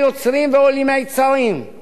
יש פה שילוב קשה מאוד.